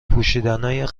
پوشیدنای